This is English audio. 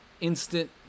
Instant